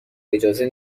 اجازه